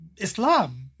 Islam